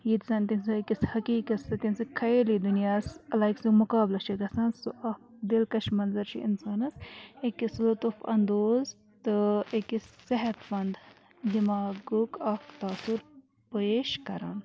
ییٚتہِ زَن تٔمۍ سُنٛد أکِس حقیٖقَس سۭتۍ تٔمۍ سٕنٛدۍ خیٲلی دُنیاہَس لایک سُہ مُقابلہٕ چھِ گژھان سُہ اَکھ دِلکَش منٛظر چھِ اِنسانَس أکِس لطف اندوز تہٕ أکِس صحت منٛد دِماغُک اَکھ تاثُر پیش کَران